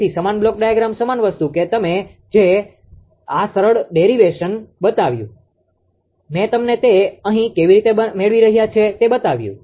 તેથી સમાન block diagram સમાન વસ્તુ કે મેં તમને આ સરળ ડેરીવેસનderivationવ્યુત્પન્ન બતાવ્યું મેં તમને તે અહીં કેવી રીતે મેળવી રહ્યાં છે તે બતાવ્યું